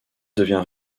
devient